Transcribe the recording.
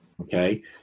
Okay